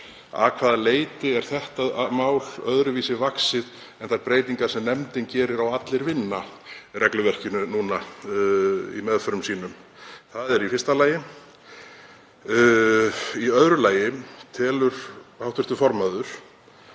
Að hvaða leyti er þetta mál öðruvísi vaxið en þær breytingar sem nefndin gerir á Allir vinna-regluverkinu núna í meðförum sínum? Það er í fyrsta lagi. Í öðru lagi segir hér, með